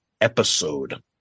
episode